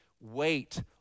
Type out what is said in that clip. Wait